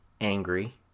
angry